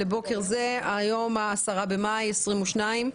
היום ה-10 במאי 2022,